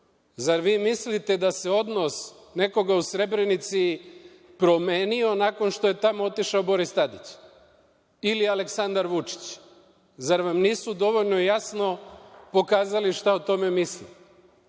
Zar vi mislite da se odnos nekoga u Srebrenici promenio nakon što je tamo otišao Boris Tadić ili Aleksandar Vučić? Zar vam nisu dovoljno jasno pokazali šta o tome misle? Ne